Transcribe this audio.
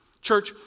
Church